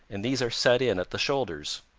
and these are set in at the shoulders.